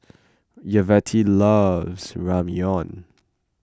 Yvette loves Ramyeon